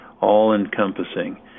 all-encompassing